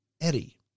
eddie